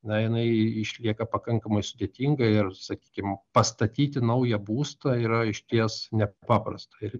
na jinai išlieka pakankamai sudėtinga ir sakykim pastatyti naują būstą yra išties nepaprasta ir